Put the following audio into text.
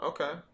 Okay